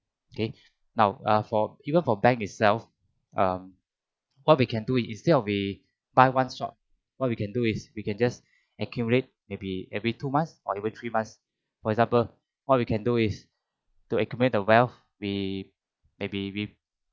okay now uh for even for bank itself um what we can do instead of we buy one shot what we can do is we can just accumulate maybe every two months or even three months for example what we can do is to accumulate the wealth we maybe we